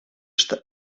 что